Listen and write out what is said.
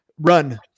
run